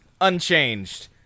Unchanged